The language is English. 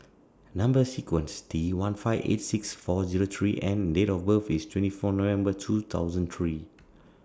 cnumber sequence T one five eight six four Zero three N Date of birth IS twenty four November two thousand three